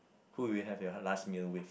who you have your last meal with